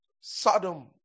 Sodom